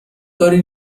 کاری